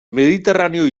mediterraneo